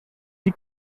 die